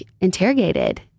interrogated